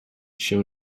się